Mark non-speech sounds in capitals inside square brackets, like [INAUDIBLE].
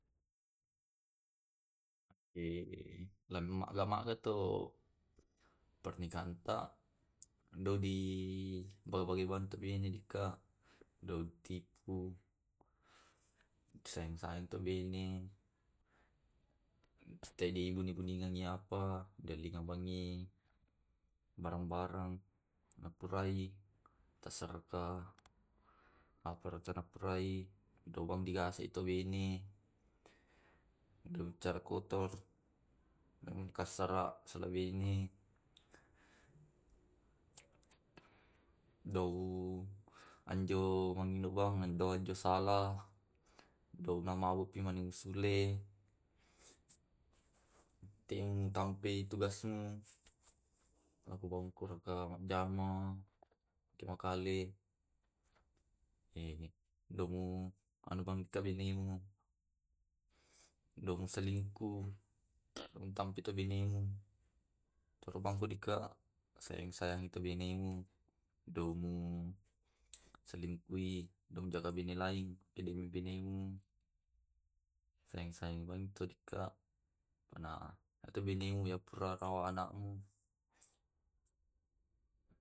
Ake lemaga maga tu pernikahanta. anogi bantu bene ka, daung tipu sayang sayang tau bene. Stay dibu dibuingengi apa [UNINTELLIGIBLE] wasengi barang- barang purai tassereka apana tenapurai wontigasengi to diga bene. Tena bicara kotor, makassara to di bene. dou anjo minongobang eloka mabo naminingsule tingtampe tugasmu. nakubangkurukang majama dimakale anuntabutuna benemu. Aja muselingku pole binenu. Sayang-sayangi to benemu. Jai muselingkui namanjaga bene lain selain benemu iyatumuingerrang tu benemu iya pura rawai anamu. [HESITATION]